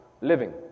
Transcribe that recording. living